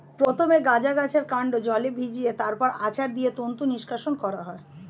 প্রথমে গাঁজা গাছের কান্ড জলে ভিজিয়ে তারপর আছাড় দিয়ে তন্তু নিষ্কাশণ করা হয়